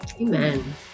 Amen